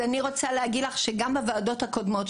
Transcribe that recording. רוצה להגיד לך שגם בוועדות הקודמות,